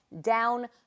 down